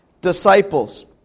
disciples